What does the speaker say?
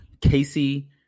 Casey